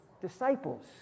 disciples